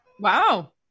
Wow